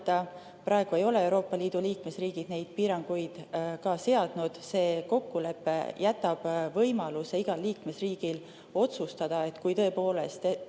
Praegu ei ole Euroopa Liidu liikmesriigid neid piiranguid ka seadnud. See kokkulepe jätab võimaluse igale liikmesriigile otsustada, et kui tõepoolest